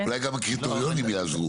אולי גם הקריטריונים יעזרו.